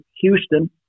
Houston